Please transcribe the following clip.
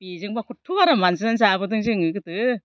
बिजोंबा खथ'आराम मानजिना जाबोदों जों गोदो